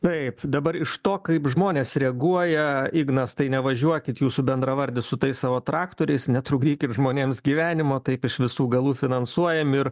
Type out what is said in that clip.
taip dabar iš to kaip žmonės reaguoja ignas tai nevažiuokit jūsų bendravardis su tais savo traktoriais netrukdyk kaip žmonėms gyvenimo taip iš visų galų finansuojami ir